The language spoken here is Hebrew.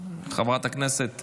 חברת הכנסת